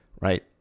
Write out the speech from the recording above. Right